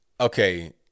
Okay